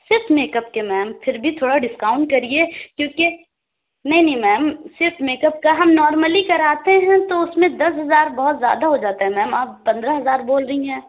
صرف make up کے ma'am پھر بھی تھوڑا ڈسکاؤنٹ کریے کیوں کہ نہیں نہیں میم صرف میک اپ کا ہم نارملی کراتے ہیں تو اُس میں دس ہزار بہت زیادہ ہو جاتا ہے میم آپ پندرہ ہزار بول رہی ہیں